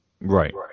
Right